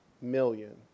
million